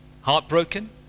heartbroken